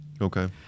Okay